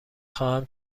خواهم